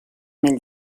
mil